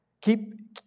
Keep